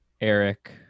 eric